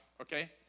Okay